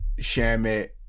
Shamit